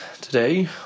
today